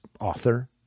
author